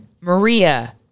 maria